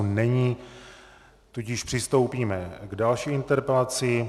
Není, tudíž přistoupíme k další interpelaci.